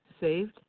saved